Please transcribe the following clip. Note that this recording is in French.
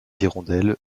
hirondelles